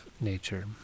nature